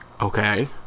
Okay